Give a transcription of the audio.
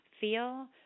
feel